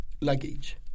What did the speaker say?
luggage